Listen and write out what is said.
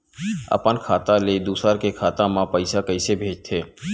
अपन खाता ले दुसर के खाता मा पईसा कइसे भेजथे?